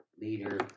leader